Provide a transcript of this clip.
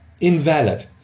invalid